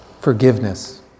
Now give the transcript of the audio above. Forgiveness